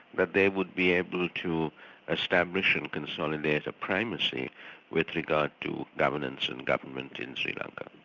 that they would be able to establish and consolidate a primacy with regard to governance and government in sri lanka.